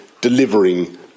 delivering